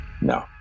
No